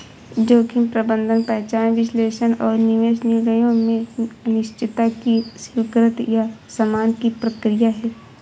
जोखिम प्रबंधन पहचान विश्लेषण और निवेश निर्णयों में अनिश्चितता की स्वीकृति या शमन की प्रक्रिया है